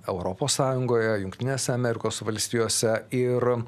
europos sąjungoje jungtinėse amerikos valstijose ir